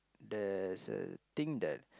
there's a thing that